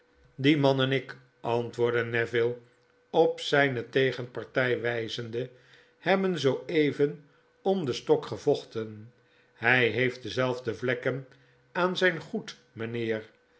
die man en ik antwoordde neville op zijne tegenpartij wijzende hebben zoo even om den stok gevochten hij heeft dezelfde vlekken aan zijn goed mijnheer